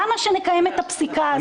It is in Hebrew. למה שנקיים את הפסיקה הזאת?